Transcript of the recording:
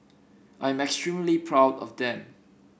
I'm I extremely proud of them